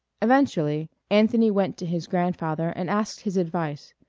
eventually anthony went to his grandfather and asked his advice,